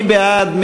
מי בעד?